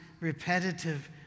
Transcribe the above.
repetitive